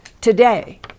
today